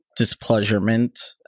displeasurement